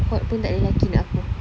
hot hot pun tak ada laki nak aku